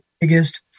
biggest